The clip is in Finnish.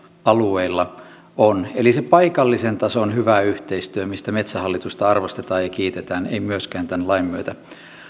alueilla on se paikallisen tason hyvä yhteistyö mistä metsähallitusta arvostetaan ja kiitetään ei myöskään tämän lain myötä